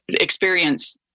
experience